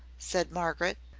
said margaret.